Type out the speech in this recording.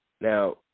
Now